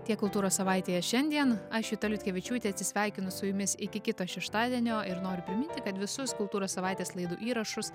tiek kultūros savaitėje šiandien aš juta liutkevičiūtė atsisveikinu su jumis iki kito šeštadienio ir noriu priminti kad visus kultūros savaitės laidų įrašus